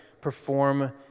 perform